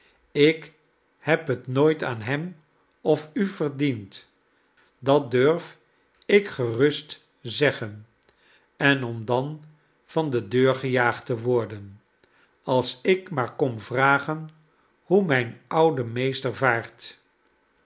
ik heb het nooit aan hem of u verdiend dat durf ik gerust zeggen en om dan van de deur gejaagd te worden als ik maar kom vragen hoe mijn oude meester vaart